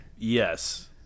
Yes